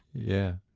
yeah.